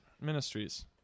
ministries